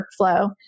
workflow